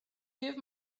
give